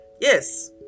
yes